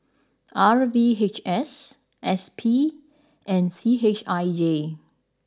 R V H S S P and C H I J